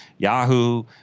Yahoo